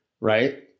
Right